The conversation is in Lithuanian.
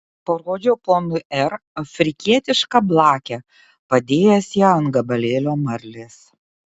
parodžiau ponui r afrikietišką blakę padėjęs ją ant gabalėlio marlės